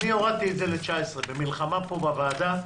הורדתי את זה ל-19 במלחמה פה בוועדה.